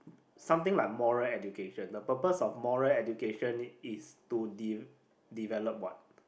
something like moral education the purpose of moral education is to de~ develop what